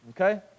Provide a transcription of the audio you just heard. okay